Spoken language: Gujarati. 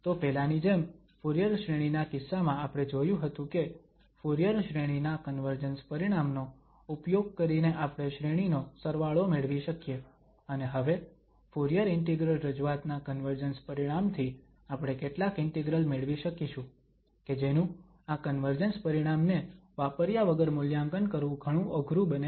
તો પેલાની જેમ ફુરીયર શ્રેણી ના કિસ્સામાં આપણે જોયું હતું કે ફુરીયર શ્રેણી ના કન્વર્જન્સ પરિણામનો ઉપયોગ કરીને આપણે શ્રેણીનો સરવાળો મેળવી શકીએ અને હવે ફુરીયર ઇન્ટિગ્રલ રજૂઆત ના કન્વર્જન્સ પરિણામથી આપણે કેટલાક ઇન્ટિગ્રલ મેળવી શકીશું કે જેનુ આ કન્વર્જન્સ પરિણામને વાપર્યા વગર મૂલ્યાંકન કરવું ઘણું અઘરું બને